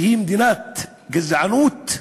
שהיא מדינת גזענות,